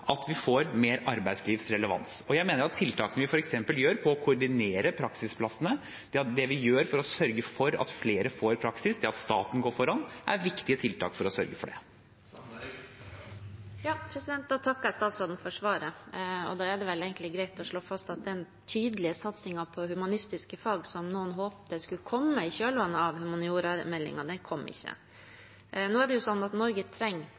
at vi får mer arbeidslivsrelevans. Jeg mener tiltakene vi setter inn for å koordinere praksisplassene, det vi gjør for å sørge for at flere får praksis, og det at staten går foran, er viktige tiltak for å sørge for det. Jeg takker statsråden for svaret. Da er det vel egentlig greit å slå fast at den tydelige satsingen på humanistiske fag som noen håpet skulle komme i kjølvannet av humaniorameldingen, ikke kom. Norge trenger humanistisk kompetanse for å løse de store samfunnsutfordringene. Man trenger